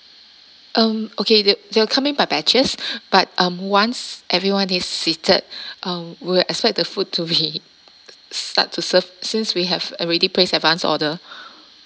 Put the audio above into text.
um okay they'll they'll come in by batches but um once everyone is seated um we'll expect the food to be start to served since we have already placed advance order